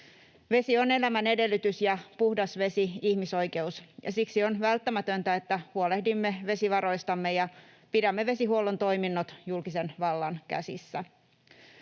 Vesi on elämän edellytys ja puhdas vesi ihmisoikeus, ja siksi on välttämätöntä, että huolehdimme vesivaroistamme ja pidämme vesihuollon toiminnot julkisen vallan käsissä.